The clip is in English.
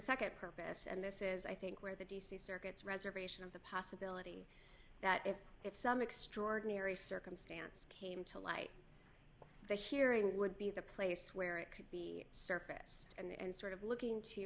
a nd purpose and this is i think where the d c circuit's reservation of the possibility that if if some extraordinary circumstance came to light the hearing would be the place where it could be surface and sort of looking